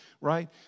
right